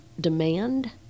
demand